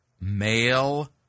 male